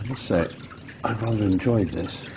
say i rather enjoy this.